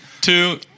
Two